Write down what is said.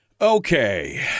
Okay